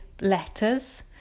letters